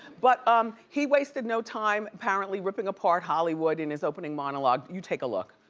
but um he wasted no time, apparently, ripping apart hollywood in his opening monologue. you take a look.